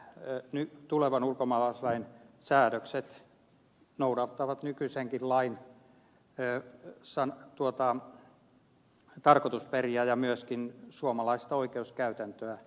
kaikki nämä tulevan ulkomaalaislain säädökset noudattavat nykyisenkin lain tarkoitusperiä ja myöskin suomalaista oikeuskäytäntöä